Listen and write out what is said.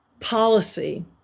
policy